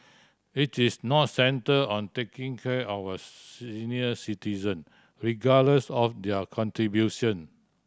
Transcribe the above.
it is not centre on taking care of our senior citizen regardless of their contribution